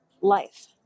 life